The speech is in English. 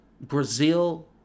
Brazil